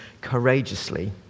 courageously